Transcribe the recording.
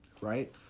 right